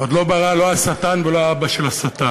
עוד לא ברא לא השטן ולא האבא של השטן.